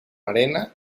arena